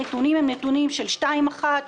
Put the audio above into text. הנתונים הם נתונים של 2.1%,